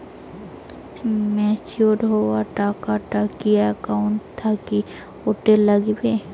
Matured হওয়া টাকাটা কি একাউন্ট থাকি অটের নাগিবে?